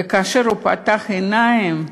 וכאשר הוא פתח עיניים,